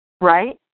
Right